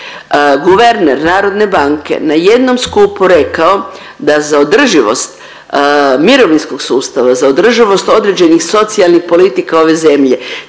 guverner Narodne banke na jednom skupu rekao da za održivost mirovinskog sustava, za održivost određenih socijalnih politika ove zemlje